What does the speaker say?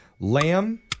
Lamb